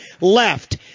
left